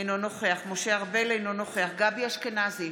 אינו נוכח משה ארבל, אינו נוכח גבי אשכנזי,